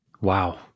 Wow